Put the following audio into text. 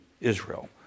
Israel